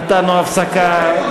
נתנו הפסקה.